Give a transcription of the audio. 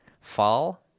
Fall